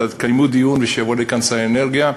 תקיימו דיון ויבוא לכאן שר האנרגיה.